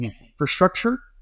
infrastructure